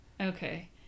Okay